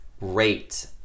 Rate